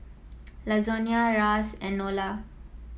Lasonya Ras and Nola